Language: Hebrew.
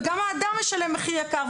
וגם האדם משלם מחיר יקר,